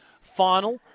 final